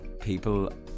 people